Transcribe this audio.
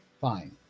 fine